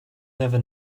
never